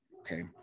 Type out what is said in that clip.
Okay